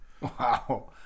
Wow